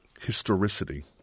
historicity